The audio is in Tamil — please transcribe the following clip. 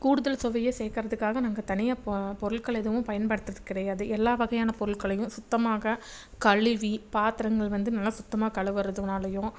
கூடுதல் சுவையை சேர்க்கறதுக்காக நாங்கள் தனியாக பொருட்கள் எதுவும் பயன்படுத்துறது கிடையாது எல்லா வகையான பொருட்களையும் சுத்தமாக கழுவி பாத்திரங்கள் வந்து நல்லா சுத்தமாக கழுவுறதுனாலையும்